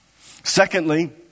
Secondly